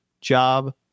job